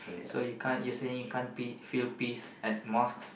so you can't you saying you can't pe~ feel peace at mosques